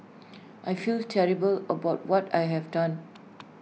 I feel terrible about what I have done